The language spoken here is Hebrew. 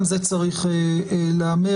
גם זה צריך להיאמר,